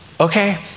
Okay